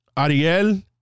Ariel